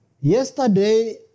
Yesterday